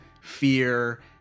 fear